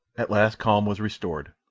at last calm was restored,